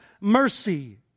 mercy